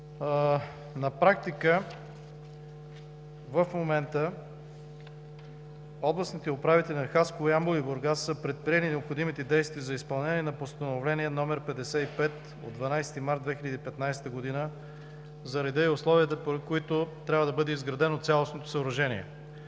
На практика в момента областните управители на Хасково, Ямбол и Бургас са предприели необходимите действия за изпълнение на ПМС № 55 от 12 март 2015 г. за реда и условията, при които трябва да бъде изградено цялостното съоръжение.